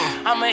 I'ma